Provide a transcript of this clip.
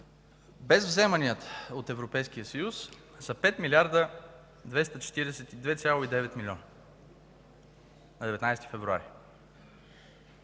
без вземанията от Европейския съюз са 5 млрд. 242,9 милиона. На 19 февруари